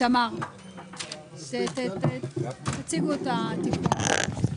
את יכולה לומר בכמה מילים מה יש בחוק הזה?